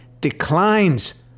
declines